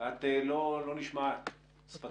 על כמה עובדות לא נכונות שנאמרו.